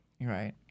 Right